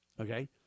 okay